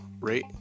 rate